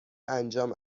انجام